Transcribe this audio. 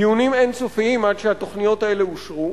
היו דיונים אין-סופיים עד שהתוכניות האלה אושרו,